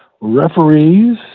referees